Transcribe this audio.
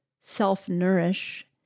self-nourish